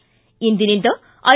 ಿ ಇಂದಿನಿಂದ ಐ